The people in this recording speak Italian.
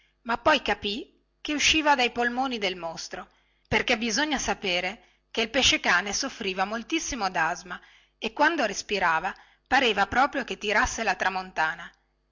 ma poi capì che usciva dai polmoni del mostro perché bisogna sapere che il pesce-cane soffriva moltissimo dasma e quando respirava pareva proprio che tirasse la tramontana